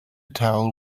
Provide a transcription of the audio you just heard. tell